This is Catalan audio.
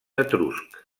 etrusc